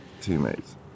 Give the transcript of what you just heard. teammates